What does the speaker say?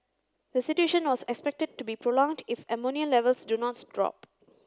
the situation was expected to be prolonged if ammonia levels do not